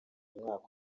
umwaka